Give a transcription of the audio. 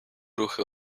ruchy